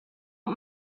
not